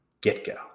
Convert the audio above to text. get-go